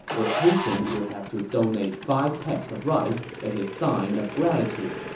the patient would have to donate five pecks of rice as a sign of gratitude